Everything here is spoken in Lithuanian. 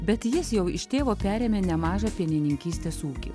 bet jis jau iš tėvo perėmė nemažą pienininkystės ūkį